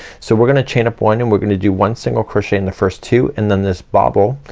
so we're gonna chain up one and we're gonna do one single crochet in the first two and then this bobble.